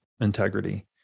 integrity